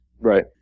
Right